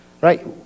right